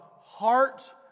heart